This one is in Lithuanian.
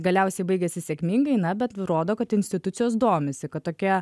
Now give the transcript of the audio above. galiausiai baigėsi sėkmingai na bet rodo kad institucijos domisi kad tokie